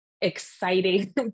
exciting